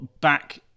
back